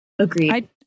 Agreed